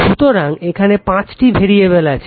সুতরাং এখানে পাঁচটি ভেরিয়েবেল আছে